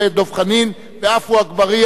דב חנין ועפו אגבאריה.